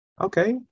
Okay